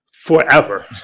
forever